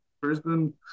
brisbane